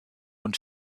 und